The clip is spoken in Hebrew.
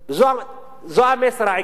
זה המסר העיקרי,